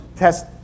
test